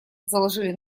заложили